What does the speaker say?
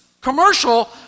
commercial